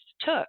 took